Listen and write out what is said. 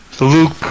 Luke